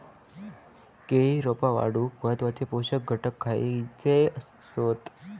केळी रोपा वाढूक महत्वाचे पोषक घटक खयचे आसत?